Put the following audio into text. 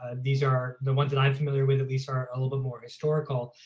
ah these are the ones that i'm familiar with at least are a little bit more historical,